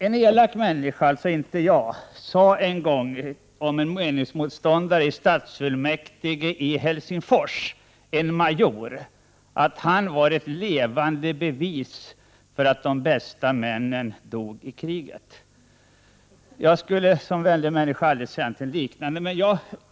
En elak människa, dvs. inte jag, sade en gång om en meningsmotståndare i stadsfullmäktige i Helsingfors, en major, att han var ett levande bevis för att de bästa männen dog i kriget. Jag skulle som en vänlig människa aldrig säga något liknande.